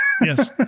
Yes